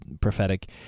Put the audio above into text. prophetic